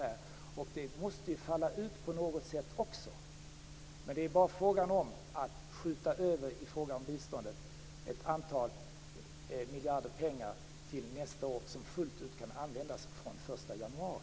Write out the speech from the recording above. Det måste också falla ut på något sätt. Men det är för biståndets del bara fråga om att skjuta över ett antal miljarder till nästa år som fullt ut kan användas från den 1 januari.